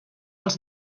als